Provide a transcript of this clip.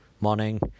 Morning